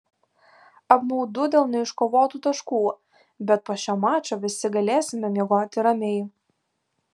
apmaudu dėl neiškovotų taškų bet po šio mačo visi galėsime miegoti ramiai